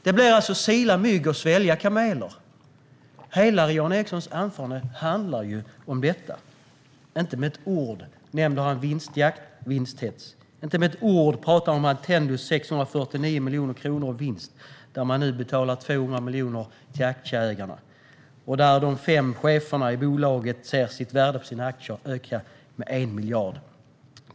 Hela Jan Ericsons anförande handlar om att sila mygg och svälja kameler. Inte med ett ord nämner han vinstjakt och vinsthets. Inte med ett ord pratar han om Attendos 649 miljoner kronor i vinst, att man nu betalar 200 miljoner till aktieägarna och att de fem cheferna i bolaget ser sitt värde på sina aktier öka med 1 miljard.